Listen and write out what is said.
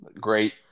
Great